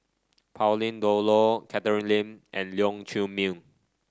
Pauline Dawn Loh Catherine Lim and Leong Chee Mun